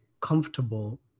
comfortable